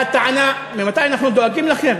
והטענה, ממתי דואגים, ממתי אנחנו דואגים לכם?